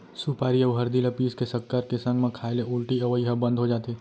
सुपारी अउ हरदी ल पीस के सक्कर के संग म खाए ले उल्टी अवई ह बंद हो जाथे